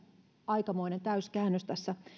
aikamoinen täyskäännös tässä